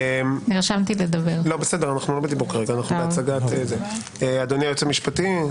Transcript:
אדוני היועץ המשפטי.